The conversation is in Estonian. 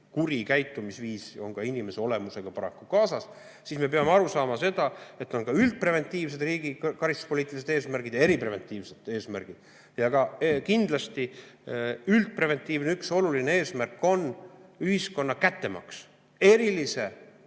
kuri käitumisviis on inimese olemusega paraku kaasas ja me peame aru saama, et on üldpreventiivsed riigi karistuspoliitilised eesmärgid ja eripreventiivsed eesmärgid. Ja kindlasti üks üldpreventiivne oluline eesmärk on ühiskonna kättemaks. Eriliselt